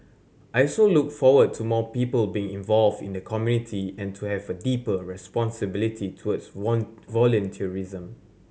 I also look forward to more people being involved in the community and to have a deeper responsibility towards volunteerism